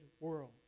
world